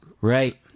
Right